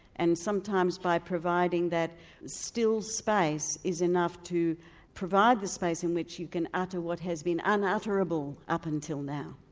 and sometimes by providing that still space is enough to provide the space in which you can utter what has been unutterable up until now.